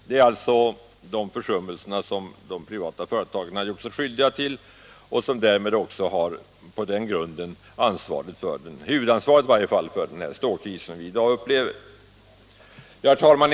Det är alltså de försummelserna de privata företagen gjort sig skyldiga till — och de har alltså på den grunden, enligt socialdemokraterna, huvudansvaret för den stålkris som vi i dag upplever. Herr talman!